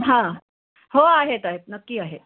हां हो आहेत आहेत नक्की आहेत